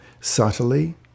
subtly